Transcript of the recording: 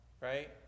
right